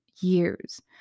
years